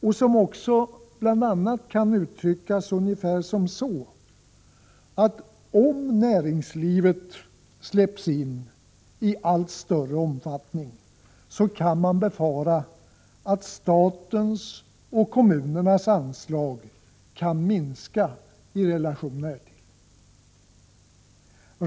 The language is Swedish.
Detta kan bl.a. uttryckas på ett sådant sätt att om näringslivet släpps in i allt större omfattning kan man befara att statens och kommunernas anslag kan minska i relation härtill.